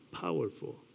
powerful